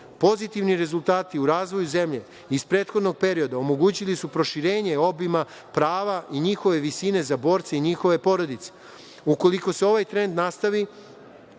Pozitivni rezultati u razvoju zemlje iz prethodnog perioda omogućili su proširenje obima prava i njihove visine za borce i njihove porodice. Ukoliko se ovaj trend nastavi,